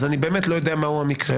אז אני באמת לא יודע מה הוא המקרה.